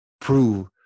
prove